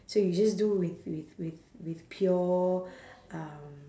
so you just do with with with with pure um